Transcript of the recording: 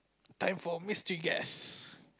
time for mystery guess